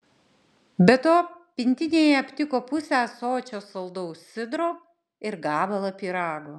be to pintinėje aptiko pusę ąsočio saldaus sidro ir gabalą pyrago